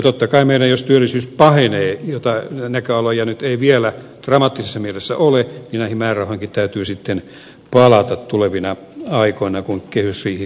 totta kai meidän jos työllisyys pahenee joita näköaloja nyt ei vielä dramaattisessa mielessä ole näihin määrärahoihinkin täytyy sitten palata tulevina aikoina kun kehysriihikeskusteluja käydään